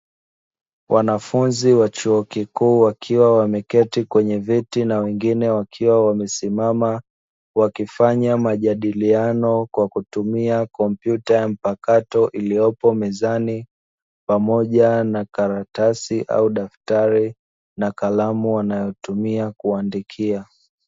Wanafunzi wa chuo kikuu wakiwa wameketi kwenye viti na wengine wakiwa wamesimama, wakifanya majadiliano kwa kutumia komputa mpakato iliyopo mezani, pamoja na karatasi au daftari na pamoja na kalamu wanayotumia kuandikia.